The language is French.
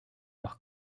leur